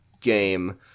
game